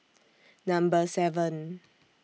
Number seven